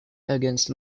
against